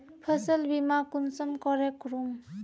फसल बीमा कुंसम करे करूम?